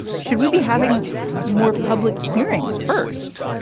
should we be having more public hearings first?